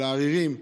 של עריריים,